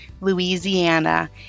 Louisiana